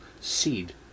seed